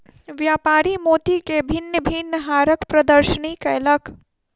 व्यापारी मोती के भिन्न भिन्न हारक प्रदर्शनी कयलक